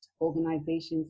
organizations